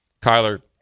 Kyler